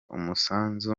umusanzu